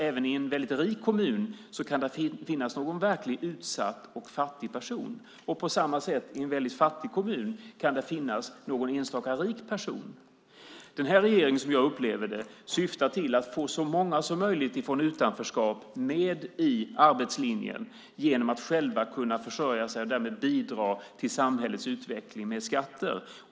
Även i en väldigt rik kommun kan det finnas någon verkligt utsatt och fattig person. På samma sätt kan det finnas någon enstaka rik person i en väldigt fattig kommun. Jag upplever att den här regeringen vill få så många som möjligt från utanförskap med i arbetslinjen genom att de kan försörja sig själva och därmed bidrar med skatter till samhällets utveckling.